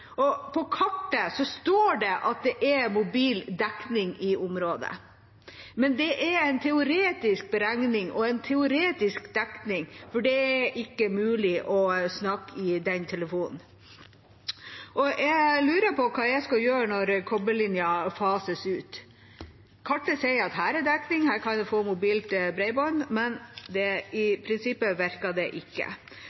wifi-tale. På kartet står det at det er mobildekning i området, men det er en teoretisk beregning og en teoretisk dekning, for det er ikke mulig å snakke i den telefonen. Jeg lurer på hva jeg skal gjøre når kobberlinjen fases ut. Kartet sier at det er dekning, at man kan få mobilt bredbånd, men i prinsippet virker det ikke. Hvordan skal bedriftene i